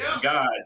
God